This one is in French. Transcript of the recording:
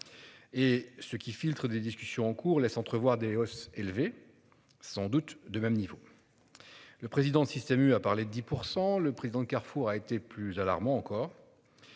Et ce qui filtre des discussions en cours laissent entrevoir des hausses élevé sans doute de même niveau. Le président de Système U à parler 10 pour %. Le président de Carrefour a été plus alarmant encore.